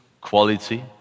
quality